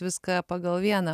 viską pagal vieną